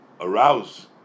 arouse